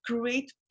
create